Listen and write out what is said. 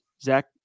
Zach